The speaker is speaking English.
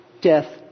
death